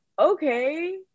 okay